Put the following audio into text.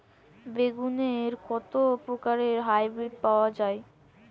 বেগুনের কত প্রকারের হাইব্রীড পাওয়া যায়?